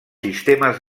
sistemes